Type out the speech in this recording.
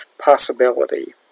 possibility